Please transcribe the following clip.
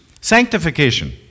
sanctification